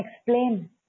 explain